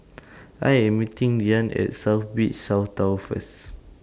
I Am meeting Deanne At South Beach South Tower First